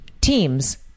teams